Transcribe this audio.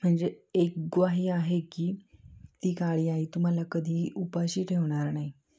म्हणजे एक ग्वाही आहे की ती काळी आई तुम्हाला कधीही उपाशी ठेवणार नाही